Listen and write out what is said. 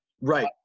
right